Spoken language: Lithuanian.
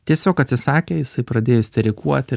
tiesiog atsisakė jisai pradėjo isterikuoti